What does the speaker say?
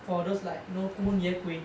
for those like you know like 孤年鬼